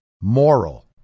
moral